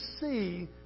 see